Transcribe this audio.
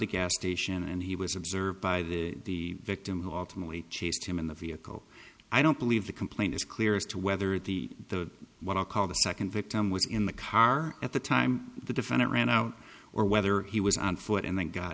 the gas station and he was observed by the victim who ultimately chased him in the vehicle i don't believe the complaint is clear as to whether the the what i'll call the second victim was in the car at the time the defendant ran out or whether he was on foot and then g